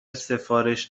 سفارش